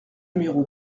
numéro